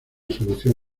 solución